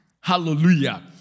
Hallelujah